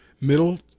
middle